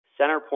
CenterPoint